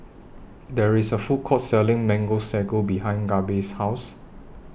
There IS A Food Court Selling Mango Sago behind Gabe's House